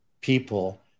people